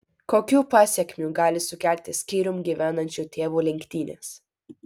kokių pasekmių gali sukelti skyrium gyvenančių tėvų lenktynės